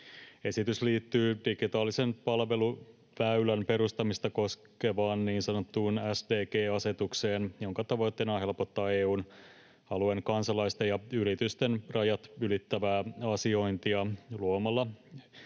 Esitys liittyy digitaalisen palveluväylän perustamista koskevaan niin sanottuun SDG-asetukseen, jonka tavoitteena on helpottaa EU:n alueen kansalaisten ja yritysten rajat ylittävää asiointia luomalla